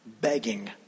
begging